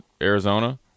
Arizona